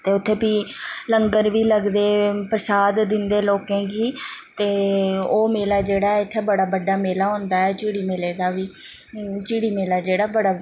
ते उत्थें फ्ही लंगर बी लगदे प्रसाद दिंदे लोकें गी ते ओह् मेला जेह्ड़ा ऐ इत्थें बड़ा बड्डा मेला होंदा ऐ झिड़ी मेले दा बी झिड़ी मेला जेह्ड़ा बड़ा